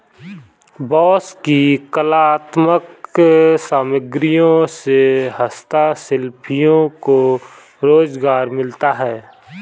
बाँस की कलात्मक सामग्रियों से हस्तशिल्पियों को रोजगार मिलता है